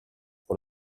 pour